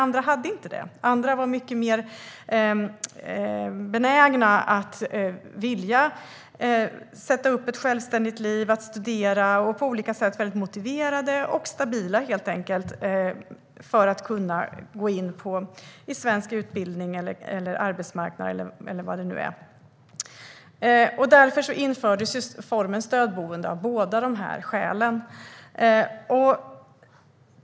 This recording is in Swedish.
Andra hade inte det utan var mycket mer benägna att vilja sätta upp ett självständigt liv med studier och var på olika sätt väldigt motiverade och stabila när det gäller att kunna gå in i svensk utbildning, arbetsmarknad eller vad det nu är. Av båda dessa skäl infördes formen stödboende.